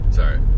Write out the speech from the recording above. sorry